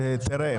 תראה,